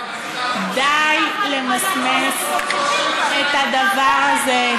די למסמס את הדבר הזה.